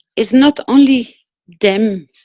it's not only them,